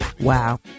Wow